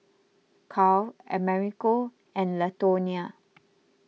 Karl Americo and Latonya